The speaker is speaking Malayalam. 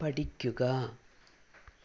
പഠിക്കുക